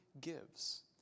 gives